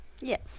Yes